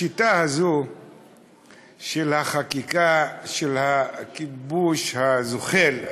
השיטה הזאת של החקיקה של הכיבוש הזוחל,